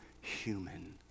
human